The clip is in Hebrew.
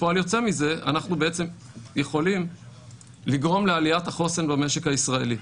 וכפועל יוצא מזה אנחנו בעצם יכולים לגרום לעליית החוסן במשק הישראלי.